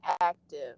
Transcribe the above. active